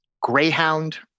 Greyhound